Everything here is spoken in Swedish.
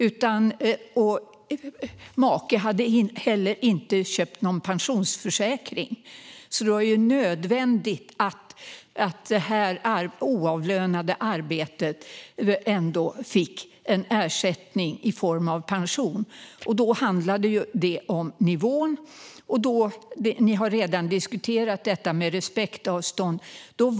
Maken hade inte heller köpt någon pensionsförsäkring. Det var därför nödvändigt att detta oavlönade arbete ändå gav en ersättning i form av pension. Då handlade det om nivån. Och ni har redan diskuterat detta med respektavstånd här.